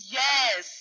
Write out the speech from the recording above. yes